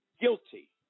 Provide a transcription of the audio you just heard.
guilty